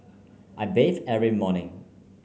I bathe every morning